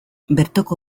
bertoko